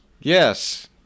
yes